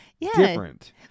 different